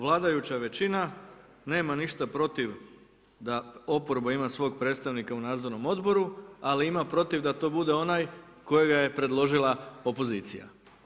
Vladajuća većina nema ništa protiv da oporba ima svog predstavnika u Nadzornom odboru, ali ima protiv da to bude onaj kojega je predložila opozicija.